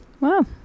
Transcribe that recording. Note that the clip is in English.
wow